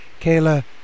Kayla